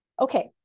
Okay